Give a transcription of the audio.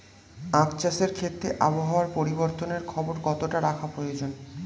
আখ চাষের ক্ষেত্রে আবহাওয়ার পরিবর্তনের খবর কতটা রাখা প্রয়োজন?